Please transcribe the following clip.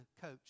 coach